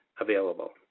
available